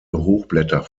hochblätter